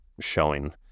showing